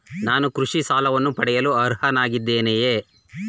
ನಾನು ಕೃಷಿ ಸಾಲವನ್ನು ಪಡೆಯಲು ಅರ್ಹನಾಗಿದ್ದೇನೆಯೇ?